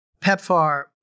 PEPFAR